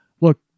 look